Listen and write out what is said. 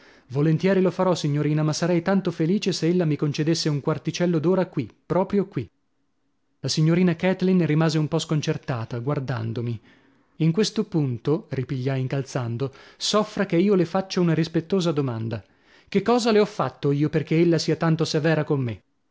volentieri lo farò signorina ma sarei tanto felice se ella mi concedesse un quarticello d'ora qui proprio qui la signorina kathleen rimase un po sconcertata guardandomi in questo punto ripigliai incalzando soffra che io le faccia una rispettosa domanda che cosa le ho fatto io perchè ella sia tanto severa con me